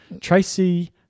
Tracy